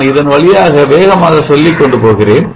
நான் இதன் வழியாக வேகமாக சொல்லிக் கொண்டு போகிறேன்